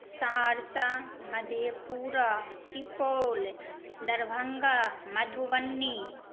Saharsa Madhepura Supaul Darbhanga Madhubani